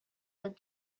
with